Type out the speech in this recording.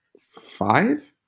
five